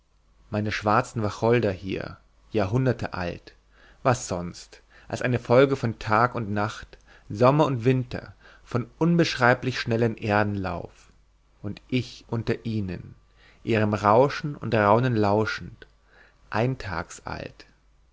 meine schwarzen wacholder hier jahrhunderte alt was sonst als eine folge von tag und nacht sommer und winter vom unbeschreiblich schnellen erdenlauf und ich unter ihnen ihrem rauschen und raunen lauschend eintagsalt